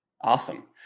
Awesome